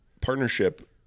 partnership